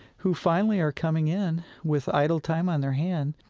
who finally are coming in with idle time on their hands,